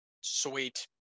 Sweet